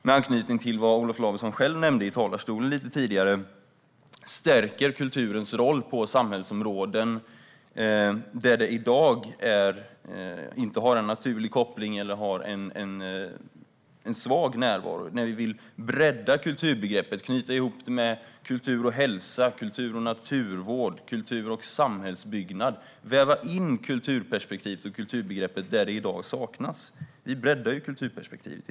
Med anknytning till det Olof Lavesson själv nämnde från talarstolen tidigare vill jag hävda att vi i dessa mål stärker kulturens roll på samhällsområden där det i dag inte finns någon naturlig koppling eller där närvaron är svag. Vi vill bredda kulturbegreppet och knyta ihop kultur med hälsa, naturvård och samhällsbyggnad. Vi vill väva in kulturperspektivet och kulturbegreppet i sammanhang där det i dag saknas.